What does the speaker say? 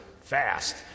fast